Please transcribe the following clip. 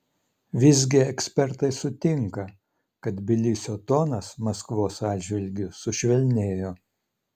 visgi ekspertai sutinka kad tbilisio tonas maskvos atžvilgiu sušvelnėjo